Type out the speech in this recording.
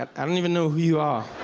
i don't even know who you are.